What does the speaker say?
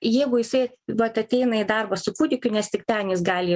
jeigu jisai vat ateina į darbą su kūdikiu nes tik ten jis gali